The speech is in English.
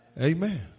Amen